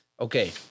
Okay